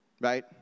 right